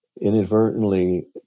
inadvertently